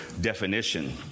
definition